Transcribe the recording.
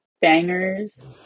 bangers